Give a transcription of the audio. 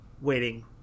waiting